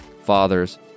fathers